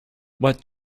what